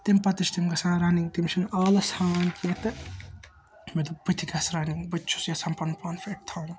تمہِ پَتہ تہِ چھِ تِم گَژھان رَننگ تِم چھِنہٕ آلَژھ ہاوان کیٚنٛہہ تہٕ مےٚ دوٚپ بہٕ تہِ گَژھہٕ رَننگ بہٕ تہِ چھُس یِژھان پَنُن پان فِٹ تھاوُن